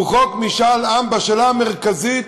הוא חוק משאל עם בשאלה המרכזית